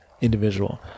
individual